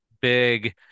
big